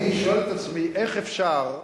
אני שואל את עצמי: איך אפשר,